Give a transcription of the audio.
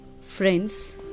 friends